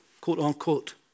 quote-unquote